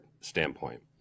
standpoint